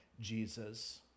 Jesus